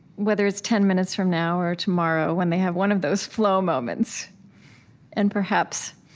whether it's ten minutes from now or tomorrow, when they have one of those flow moments and, perhaps,